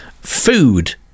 food